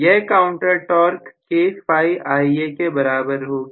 यह counter torque kφIa के बराबर होगी